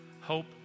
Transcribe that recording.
hope